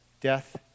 death